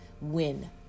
win